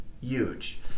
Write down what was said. huge